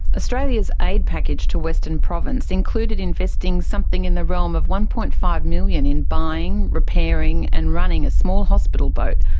australia's aid package to western province included investing something in the realm of one dollars. five million in buying, repairing and running a small hospital boat,